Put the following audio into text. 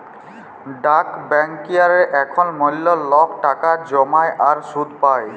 ডাক ব্যাংকিংয়ে এখল ম্যালা লক টাকা জ্যমায় আর সুদ পায়